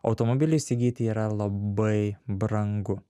automobilį įsigyti yra labai brangu